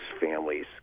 families